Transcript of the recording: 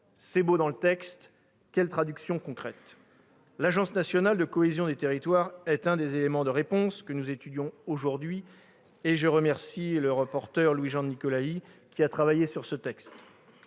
est beau, mais quelle pourrait en être la traduction concrète ? L'agence nationale de la cohésion des territoires est un des éléments de réponse que nous étudions aujourd'hui, et je remercie le rapporteur Louis-Jean de Nicolaÿ, qui a travaillé sur ce texte.